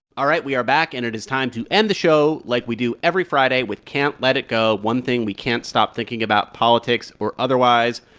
all right, we are back. and it is time to end the show like we do every friday, with can't let it go, one thing we can't stop thinking about, politics or otherwise.